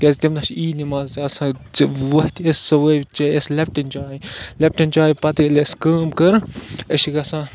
کیٛازِ تَمہِ دۄہ چھِ عیٖد نٮ۪ماز آسان وۄتھ أسۍ صُبحٲے چے اَسہِ لٮ۪پٹَن چاے لٮ۪پٹَن چاے پَتہٕ ییٚلہِ اَسہِ کٲم کٔر أسۍ چھِ گژھان